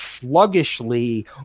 sluggishly